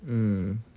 mm